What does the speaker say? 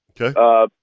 Okay